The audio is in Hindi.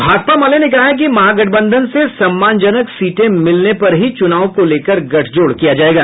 भाकपा माले ने कहा है कि महागठबंधन से सम्मानजनक सीटें मिलने पर ही चुनाव को लेकर गठजोड़ किया जायेगा